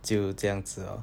就这样子 oh